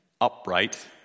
upright